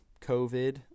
COVID